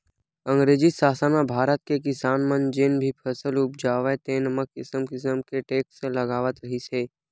अंगरेजी सासन म भारत के किसान मन जेन भी फसल उपजावय तेन म किसम किसम के टेक्स लगावत रिहिस हे